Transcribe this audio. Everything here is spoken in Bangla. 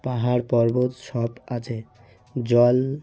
পাহাড় পর্বত সব আছে জল